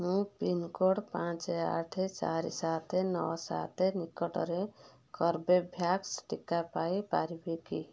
ମୁଁ ପିନ୍କୋଡ଼୍ ପାଞ୍ଚ ଆଠ ଚାରି ସାତ ନଅ ସାତ ନିକଟରେ କର୍ବେଭ୍ୟାକ୍ସ ଟିକା ପାଇପାରିବି କି